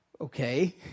okay